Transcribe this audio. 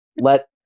let